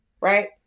right